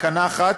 תקנה אחת,